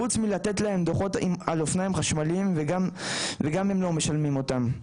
חוץ מלתת להם דוחות על אופניים חשמליים וגם הם לא משלמים אותם.